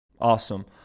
Awesome